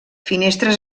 finestres